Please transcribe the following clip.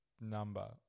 number